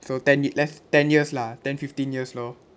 so ten yea~ left ten years lah ten fifteen years lor